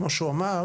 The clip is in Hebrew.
כמו שהוא אמר,